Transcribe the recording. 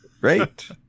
Great